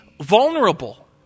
vulnerable